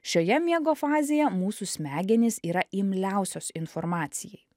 šioje miego fazėje mūsų smegenys yra imliausios informacijai